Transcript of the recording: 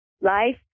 life